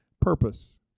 purpose